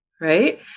right